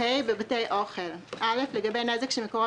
(ה) בבתי אוכל (א) לגבי נזק שמקורו